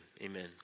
Amen